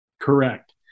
Correct